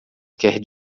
quer